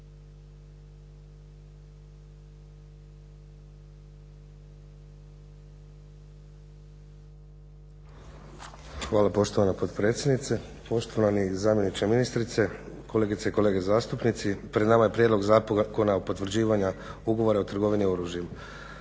Hvala poštovana potpredsjednice, poštovani zamjeniče ministrice, kolegice i kolege zastupnici. Pred nama je prijedlog Zakona o potvrđivanju ugovora o trgovini oružjem.